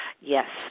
Yes